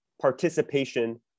participation